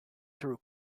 through